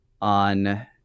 on